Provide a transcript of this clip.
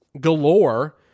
galore